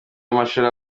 w’amashuri